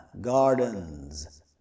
gardens